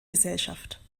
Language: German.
gesellschaft